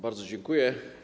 Bardzo dziękuję.